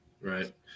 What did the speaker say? right